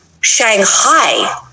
Shanghai